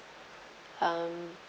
um